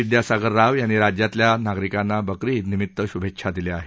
विद्यासागर राव यांनी राज्यातल्या नागरिकांना बकरी ईद निमित श्भेच्छा दिल्या आहेत